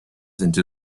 into